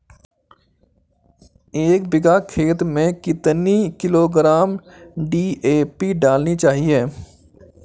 एक बीघा खेत में कितनी किलोग्राम डी.ए.पी डालनी चाहिए?